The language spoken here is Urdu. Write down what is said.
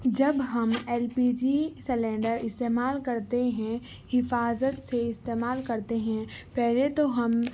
جب ہم ایل پی جی سلینڈر استعمال کرتے ہیں حفاظت سے استعمال کرتے ہیں پہلے تو ہم